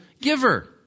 giver